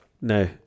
no